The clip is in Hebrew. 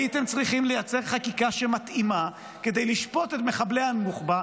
הייתם צריכים לייצר חקיקה שמתאימה כדי לשפוט את מחבלי הנוח'בה,